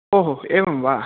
ओहो एवं वा